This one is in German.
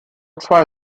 zwei